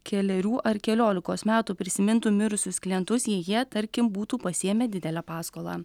kelerių ar keliolikos metų prisimintų mirusius klientus jei jie tarkim būtų pasiėmę didelę paskolą